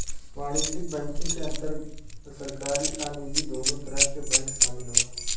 वाणिज्यक बैंकिंग के अंदर सरकारी आ निजी दुनो तरह के बैंक शामिल होला